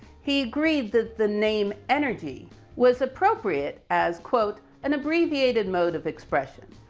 he agreed that the name energy was appropriate as quote, an abbreviated mode of expression.